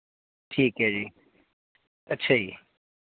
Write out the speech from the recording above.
ਠੀਕ ਹੈ ਜੀ ਅੱਛਾ ਜੀ